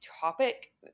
topic